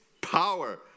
power